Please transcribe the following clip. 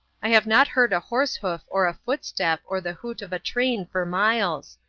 i have not heard a horse-hoof or a footstep or the hoot of a train for miles.